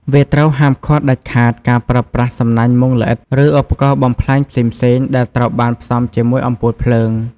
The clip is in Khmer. វាត្រូវហាមឃាត់ដាច់ខាតការប្រើប្រាស់សំណាញ់មុងល្អិត ឬឧបករណ៍បំផ្លាញផ្សេងៗដែលត្រូវបានផ្សំជាមួយអំពូលភ្លើង។